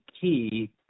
key